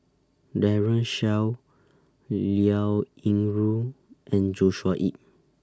Daren Shiau Liao Yingru and Joshua Ip